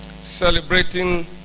celebrating